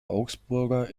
augsburger